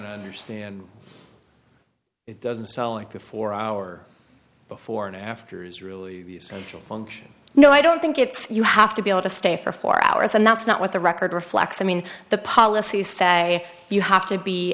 to understand doesn't sell at the four hour before and afters really essential function no i don't think it's you have to be able to stay for four hours and that's not what the record reflects i mean the policies say you have to be